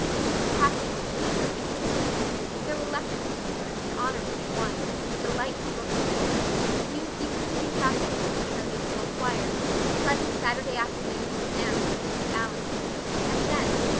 she was happy, eager, interested there were lessons to be learned and honor to be won delightful books to read new pieces to be practiced for the sunday-school choir pleasant saturday afternoons at the manse with mrs. allan and then,